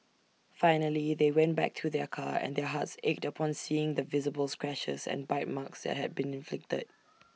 finally they went back to their car and their hearts ached upon seeing the visible scratches and bite marks that had been inflicted